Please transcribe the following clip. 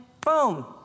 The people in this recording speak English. boom